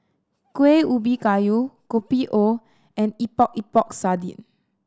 Kueh Ubi Kayu Kopi O and Epok Epok Sardin